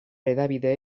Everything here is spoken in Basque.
hedabide